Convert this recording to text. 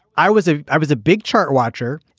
i was a i was a big chart watcher.